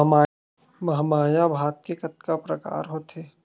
महमाया भात के कतका प्रकार होथे?